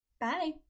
Bye